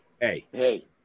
hey